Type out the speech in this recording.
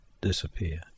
disappear